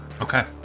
Okay